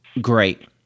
great